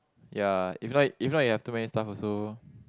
ya if like if like you have too many stuffs also